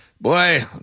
boy